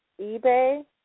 eBay